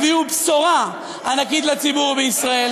הביאו בשורה ענקית לציבור בישראל.